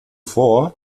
fort